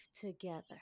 together